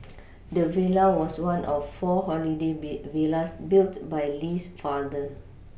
the villa was one of four holiday be villas built by Lee's father